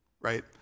Right